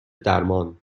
درمان